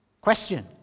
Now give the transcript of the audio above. Question